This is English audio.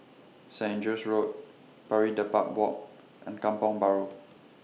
Saint Andrew's Road Pari Dedap Walk and Kampong Bahru